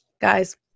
Guys